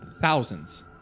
thousands